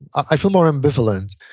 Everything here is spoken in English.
i feel more ambivalent.